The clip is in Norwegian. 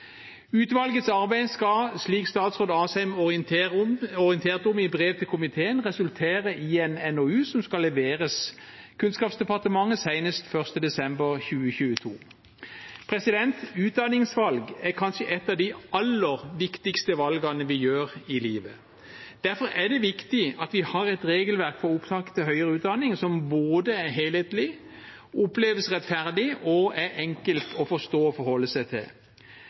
Utvalgets arbeid skal, slik statsråd Asheim orienterte om i brev til komiteen, resultere i en NOU, som skal leveres Kunnskapsdepartementet senest 1. desember 2022. Utdanningsvalg er kanskje et av de aller viktigste valgene vi tar i livet. Derfor er det viktig at vi har et regelverk for opptak til høyere utdanning som både er helhetlig, oppleves rettferdig og er enkelt å forstå og forholde seg til.